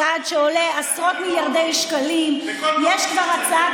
צעד שעולה עשרות, בכל תוכנית יש דברים